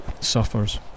suffers